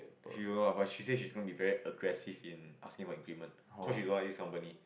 she don't know lah but she say she's gonna be very aggressive in asking for increment cause she don't like this company